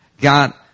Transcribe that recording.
God